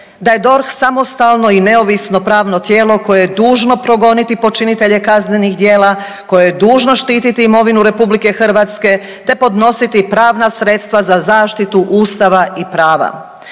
da je DORH samostalno i neovisno pravno tijelo koje je dužno progoniti počinitelje kaznenih tijela, koje je dužno štititi imovinu RH, te podnositi pravna sredstva za zaštitu ustava i prava.